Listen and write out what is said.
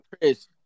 Chris